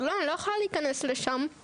אבל לא יכולה להיכנס לשם.